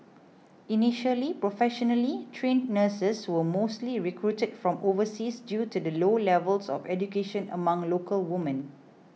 initially professionally trained nurses were mostly recruited from overseas due to the low levels of education among local women